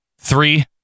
Three